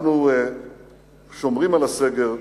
אנחנו שומרים על הסגר הביטחוני,